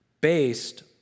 based